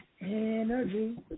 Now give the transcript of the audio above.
Energy